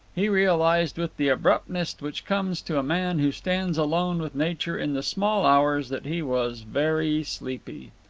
he realized with the abruptness which comes to a man who stands alone with nature in the small hours that he was very sleepy.